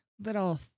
little